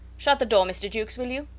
shut the door, mr. jukes, will you?